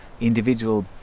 individual